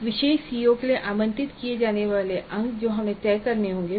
एक विशेष सीओ के लिए आवंटित किए जाने वाले अंक जो हमें तय करने होंगे